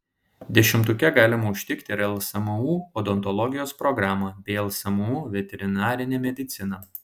dešimtuke galima užtikti ir lsmu odontologijos programą bei lsmu veterinarinę mediciną